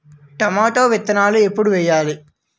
Tomato విత్తనాలు ఎప్పుడు వెయ్యాలి?